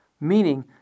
Meaning